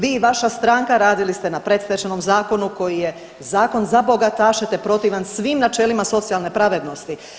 Vi i vaša stranka radili ste na predstečajnom zakonu koji je zakon za bogataše te protivan svim načelima socijalne pravednosti.